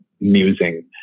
musing